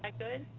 good?